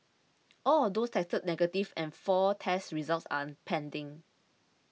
all of those tested negative and four test results are pending